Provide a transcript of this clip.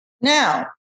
Now